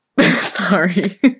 sorry